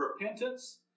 repentance